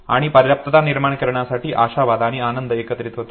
आणि पर्याप्तता निर्माण करण्यासाठी आशावाद आणि आनंद एकत्रित होतो